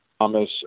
thomas